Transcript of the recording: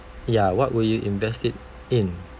ya what would you invest it in